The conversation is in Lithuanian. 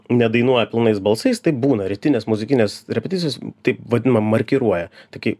nedainuoja pilnais balsais taip būna rytinės muzikinės repeticijos taip vadinama markiruoja tai kai